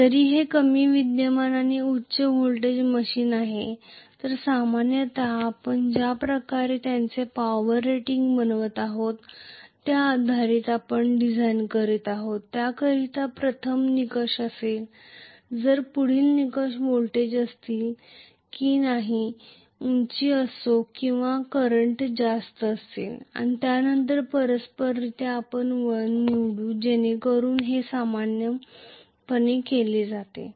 जरी हे कमी विद्यमान आणि उच्च व्होल्टेज मशीन आहे तर सामान्यत आपण ज्या प्रकारे त्याचे पॉवर रेटिंग बनवित आहोत त्या आधारावर आपण डिझाइन करतो त्याकरिता प्रथम निकष असेल तर पुढील निकष व्होल्टेज जास्त असतील किंवा करंट जास्त असेल आणि त्यानंतर परस्पररित्या आपण वळण निवडू जेणेकरून हे सामान्यपणे केले जाते